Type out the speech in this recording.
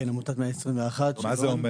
כן, עמותת 121. מה זה אומר?